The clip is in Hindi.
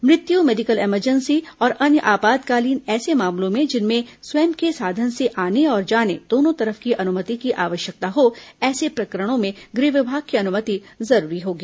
मृत्यु मेडिकल इमरजेंसी और अन्य आपातकालीन ऐसे मामलों में जिनमें स्वयं के साधन से आने और जाने दोनों तरफ की अनुमति की आवश्यकता हो ऐसे प्रकरणों में गृह विभाग की अनुमति जरूरी होगी